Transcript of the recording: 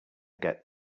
get